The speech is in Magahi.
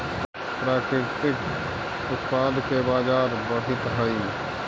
प्राकृतिक उत्पाद के बाजार बढ़ित हइ